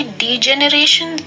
degeneration